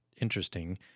interesting